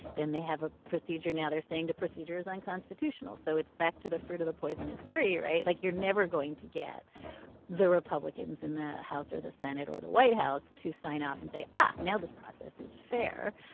then they have a procedure now they're saying the procedure is unconstitutional so it's back to the fruit of the poisonous tree right. like you're never going to get the republicans in the house or the senate or the white house to sign off and say ah now this process is fair.